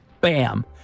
Bam